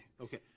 Okay